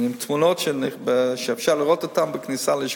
ויש תמונות, אפשר לראות אותן בכניסה ללשכתי.